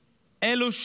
אלו,